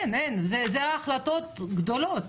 אלו החלטות גדולות.